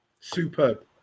Superb